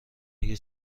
اگه